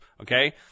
okay